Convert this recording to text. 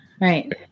Right